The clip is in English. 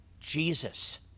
jesus